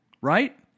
right